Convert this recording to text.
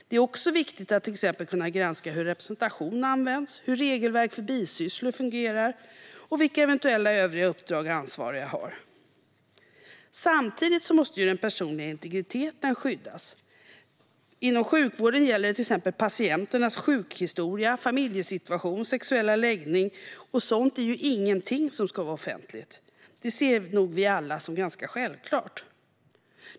Det är också viktigt att till exempel kunna granska hur representation används, hur regelverk för bisysslor fungerar och vilka eventuella övriga uppdrag ansvariga har. Samtidigt måste den personliga integriteten skyddas. Inom sjukvården gäller det till exempel patienternas sjukhistoria, familjesituation och sexuella läggning. Av sådant ska ingenting vara offentligt. Det ser nog vi alla som självklart.